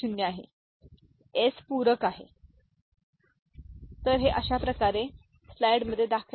आणि मग आपण 2 एस पूरक जोड केल्यास वजाबाकी मिळेल